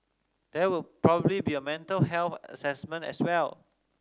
there would probably be a mental health assessment as well